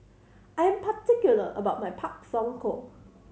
I'm particular about my Pak Thong Ko